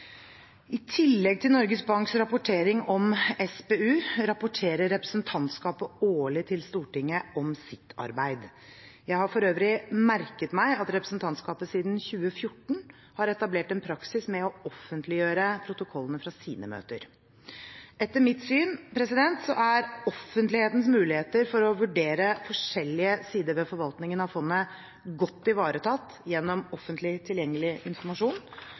I tillegg til Norges Banks rapportering om SPU rapporterer representantskapet årlig til Stortinget om sitt arbeid. Jeg har for øvrig merket meg at representantskapet siden 2014 har etablert en praksis med å offentliggjøre protokollene fra sine møter. Etter mitt syn er offentlighetens muligheter for å vurdere forskjellige sider ved forvaltningen av fondet godt ivaretatt gjennom offentlig tilgjengelig informasjon,